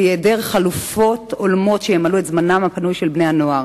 והיא העדר חלופות הולמות שימלאו את זמנם הפנוי של בני הנוער